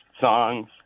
songs